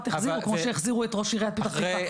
החזירו כמו שהחזירו את ראש עיריית פתח תקווה,